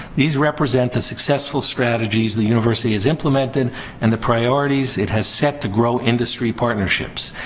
these represent the successful strategies the university has implemented and the priorities it has set to grow industry partnerships.